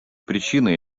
причины